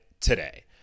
today